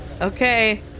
Okay